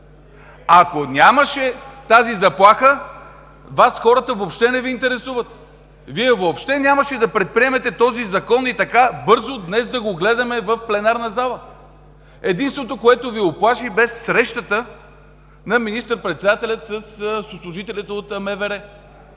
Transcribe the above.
Ако нямаше тази заплаха, Вас хората въобще не Ви интересуват. Вие въобще нямаше да предприемете и така бързо днес да гледаме този Закон в пленарна зала. Единственото, което Ви уплаши, бе срещата на министър-председателя със служителите от МВР